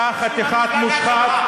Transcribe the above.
36, אתה חתיכת מושחת.